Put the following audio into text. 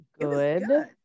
Good